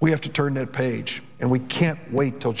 we have to turn a page and we can't wait til